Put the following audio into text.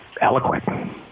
eloquent